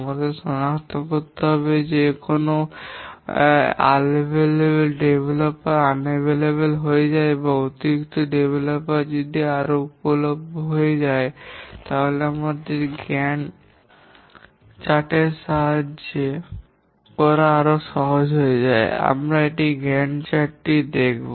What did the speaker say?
আমাদের সনাক্ত করতে হবে যে কোনও ডেভেলপার অনুপলব্ধ হয়ে যায় বা অতিরিক্ত ডেভেলপার আরও উপলভ্য হয়ে যায় এবং এটি একটি গ্যান্ট চার্ট এর সাহায্যে করা সহজ হয়ে যায় আমরা গ্যান্ট চার্ট টি দেখব